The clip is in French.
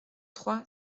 trois